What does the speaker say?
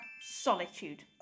solitude